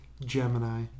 Gemini